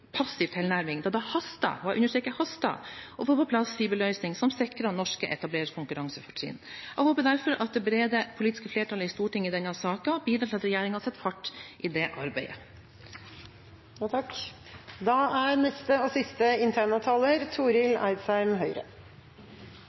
passiv tilnærming, da det haster – jeg understreker haster – å få på plass en fiberløsning som sikrer norske etablerere konkurransefortrinn. Jeg håper derfor at det brede politiske flertallet i Stortinget i denne saken bidrar til at regjeringen setter fart i det arbeidet. Dei lærde stridest om bunting av fiber- og